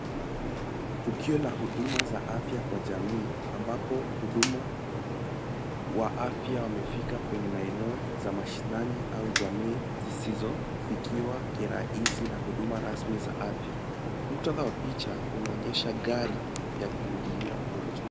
Tukio la huduma za afya kwa jamii, ambapo huduma wa afya wamefika kwenye maeneo za mashinani au jamii zisizofikiwa kirahisi na huduma rasmi za afya. Muktadha wa picha unaonyesha gari wa kuhudumia wagonjwa.